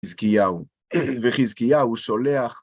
וחזקיהו שולח.